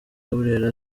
burera